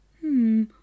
Hmm